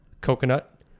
coconut